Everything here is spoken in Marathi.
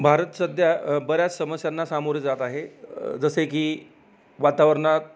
भारत सध्या बऱ्याच समस्यांना सामोरे जात आहे जसे की वातावरणात